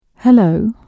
Hello